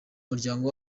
muryango